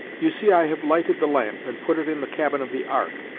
you see i have lighted the lamp, and put it in the cabin of the ark.